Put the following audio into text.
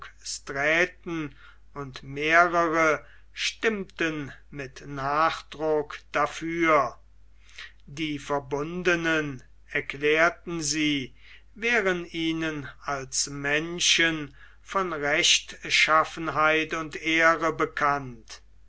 hoogstraaten und mehrere stimmten mit nachdruck dafür die verbundenen erklärten sie wären ihnen als menschen von rechtschaffenheit und ehre bekannt